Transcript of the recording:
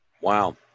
wow